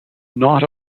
not